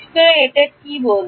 সুতরাং এই কি বলছে